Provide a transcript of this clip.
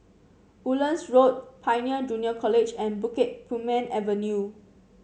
Woodlands Road Pioneer Junior College and Bukit Purmei Avenue